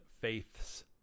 faiths